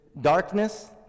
darkness